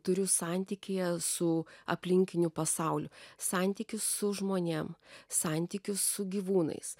turiu santykyje su aplinkiniu pasauliu santykius su žmonėms santykius su gyvūnais